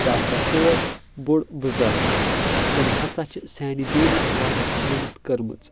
سُہ ہسا اوس بوٚڈ بُزرٕگ تٔمۍ ہسا چھِ سانہِ دیٖنٕچ واریاہ خٔدمت کٔرمٕژ